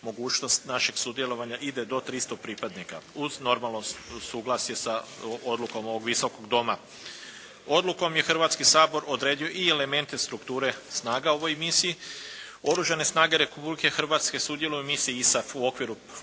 mogućnost našeg sudjelovanja ide do 300 pripadnika uz normalno suglasje sa odlukom ovog Visokog doma. Odlukom je Hrvatski sabor odredio i elemente strukture snaga u ovoj misiji. Oružane snage Republike Hrvatske sudjeluju u misiji ISAF u okviru